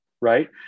right